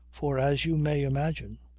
for, as you may imagine,